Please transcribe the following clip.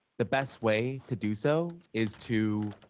the best way to do so is to